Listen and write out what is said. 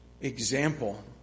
example